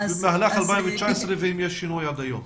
או במהלך 2019 ואם יש שינוי עד היום,